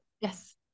yes